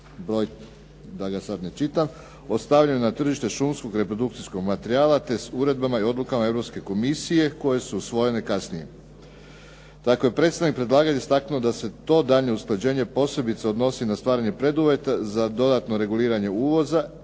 broj da ga sad ne čitam, ostavlja na tržište šumskog reprodukcijskog materijala, te s uredbama i odlukama Europske komisije koje su usvojene kasnije. Dakle, predstavnik predlagatelja je istaknuo da se to daljnje usklađenje posebice odnosi na stvaranje preduvjeta za dodatno reguliranje uvoza